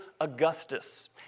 Augustus